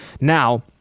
now